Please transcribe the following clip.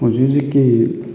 ꯍꯧꯖꯤꯛ ꯍꯧꯖꯤꯛꯀꯤ